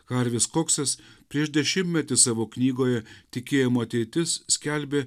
harvis koksas prieš dešimtmetį savo knygoje tikėjimo ateitis skelbė